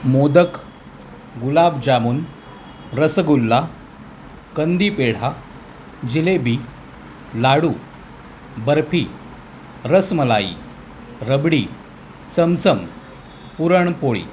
modak gulab jamun rasgulla kandi pedha jalebi laddu barfi rasmalai rabdi chamcham puran poli